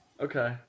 Okay